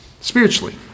spiritually